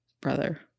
brother